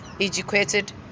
educated